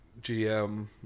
GM